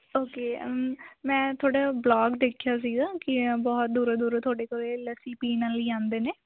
okay ਮੈਂ ਤੁਹਾਡਾ vlog ਦੇਖਿਆ ਸੀਗਾ ਕਿ ਬਹੁਤ ਦੂਰੋਂ ਦੂਰੋਂ ਤੁਹਾਡੇ ਕੋਲੇ ਲੱਸੀ ਪੀਣ ਲਈ ਆਉਂਦੇ ਨੇ